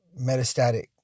metastatic